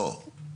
לא.